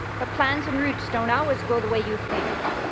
but plans and routes don't always go the way you think.